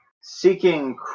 seeking